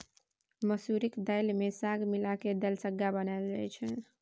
मसुरीक दालि मे साग मिला कय दलिसग्गा बनाएल जाइ छै